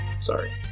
Sorry